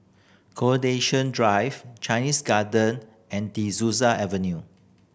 Coronation Drive Chinese Garden and De Souza Avenue